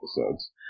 episodes